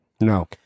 No